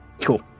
cool